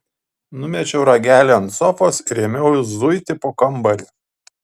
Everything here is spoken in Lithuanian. numečiau ragelį ant sofos ir ėmiau zuiti po kambarį